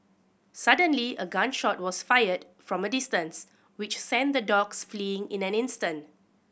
suddenly a gun shot was fired from a distance which sent the dogs fleeing in an instant